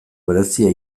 berezia